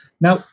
Now